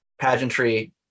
pageantry